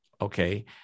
okay